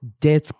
death